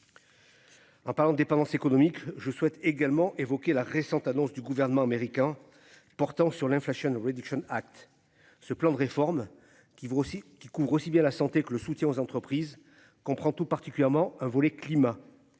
En parlant de dépendance économique. Je souhaite également évoquer la récente annonce du gouvernement américain portant sur l'inflation réduction Act. Ce plan de réformes qui vont aussi qui couvre aussi bien la santé que le soutien aux entreprises prend tout particulièrement un volet climat.